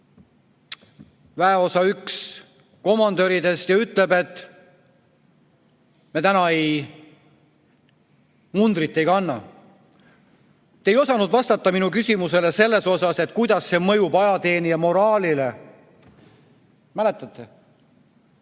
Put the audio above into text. väeosa komandöridest ja ütleb, et täna me mundrit ei kanna. Te ei osanud vastata minu küsimusele, kuidas see mõjub ajateenija moraalile. Mäletate?